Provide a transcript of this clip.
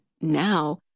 now